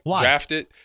drafted